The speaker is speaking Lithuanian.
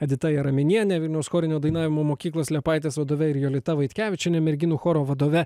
edita jaraminiene vilniaus chorinio dainavimo mokyklos liepaitės vadove ir jolita vaitkevičiene merginų choro vadove